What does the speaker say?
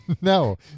No